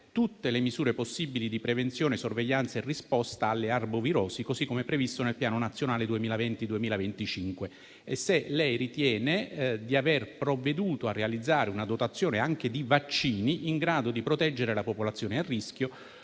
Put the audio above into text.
tutte le misure possibili di prevenzione, sorveglianza e risposta alle arbovirosi previste nel PNA 2020-2025; se abbia già provveduto a realizzare una dotazione di vaccini in grado di proteggere la popolazione a rischio